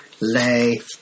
lay